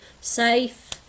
safe